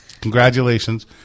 Congratulations